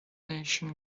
nation